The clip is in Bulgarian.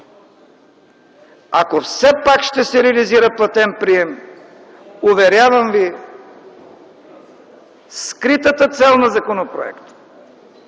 ако все пак ще се реализира платен прием, уверявам ви, скритата цел на законопроекта,